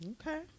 Okay